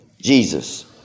Jesus